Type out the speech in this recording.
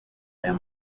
aya